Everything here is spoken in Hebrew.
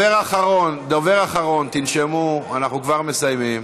אנחנו כבר מסיימים.